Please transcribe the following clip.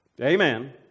Amen